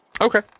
Okay